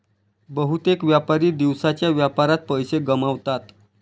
बहुतेक व्यापारी दिवसाच्या व्यापारात पैसे गमावतात